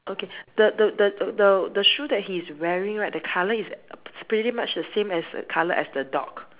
okay the the the the the shoe that he's wearing right the color is pretty much the same as the color as the dog